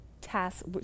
task